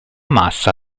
massa